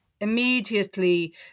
Immediately